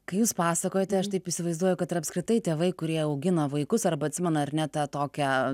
kai jūs pasakojote aš taip įsivaizduoju kad ir apskritai tėvai kurie augina vaikus arba atsimena ar ne tą tokią